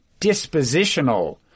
dispositional